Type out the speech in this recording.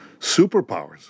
Superpowers